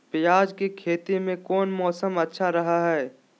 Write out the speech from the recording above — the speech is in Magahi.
प्याज के खेती में कौन मौसम अच्छा रहा हय?